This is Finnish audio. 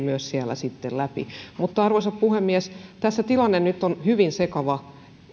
siellä sitten läpi mutta arvoisa puhemies tässä tilanne nyt on hyvin sekava